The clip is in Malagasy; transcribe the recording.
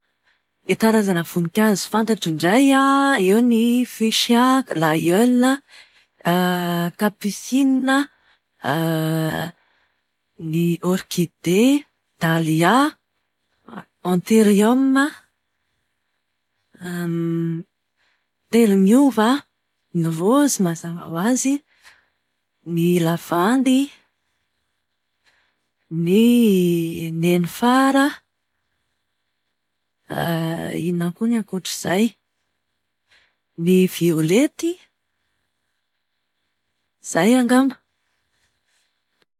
Ny karazana voninkazo fantatro indray an, eo ny foshia, glaiolina, kaposinina, ny orkide, dalia, antirioma, telomiova, ny raozy mazava ho azy, ny lavandy, ny nenifara, inona koa ny ankoatr'izay? Ny violety. Izay angamba.